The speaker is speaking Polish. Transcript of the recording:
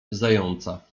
zająca